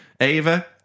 ava